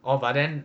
orh but then